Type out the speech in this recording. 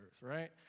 right